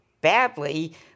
badly